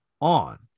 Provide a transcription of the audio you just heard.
on